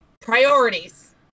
priorities